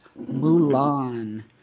Mulan